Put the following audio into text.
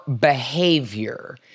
behavior